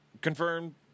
Confirmed